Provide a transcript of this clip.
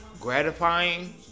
gratifying